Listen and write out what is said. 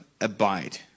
abide